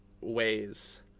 ways